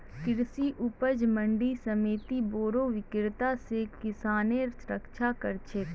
कृषि उपज मंडी समिति बोरो विक्रेता स किसानेर रक्षा कर छेक